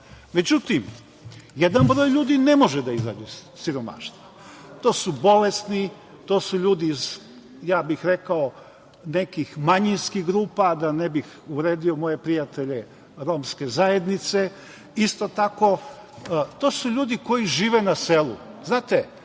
Međutim, jedan broj ljudi ne može da izađe iz siromaštva. To su bolesni, to su ljudi iz, ja bih rekao, nekih manjinskih grupa da ne bih uvredio moje prijatelje romske zajednice. Isto tako, to su ljudi koji žive na selu.